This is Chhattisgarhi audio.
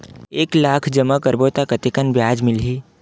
एक लाख जमा करबो त कतेकन ब्याज मिलही?